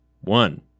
One